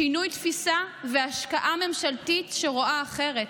שינוי תפיסה והשקעה ממשלתית שרואה אחרת.